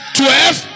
twelve